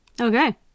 Okay